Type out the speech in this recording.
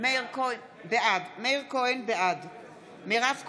בעד מירב כהן,